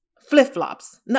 flip-flops